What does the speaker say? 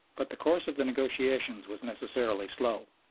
but the course of the negotiations was necessarily slow.